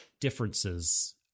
differences